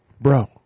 bro